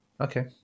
Okay